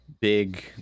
big